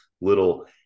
little